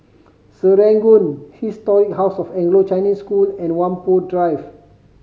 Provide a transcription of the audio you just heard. Serangoon Historic House of Anglo Chinese School and Whampoa Drive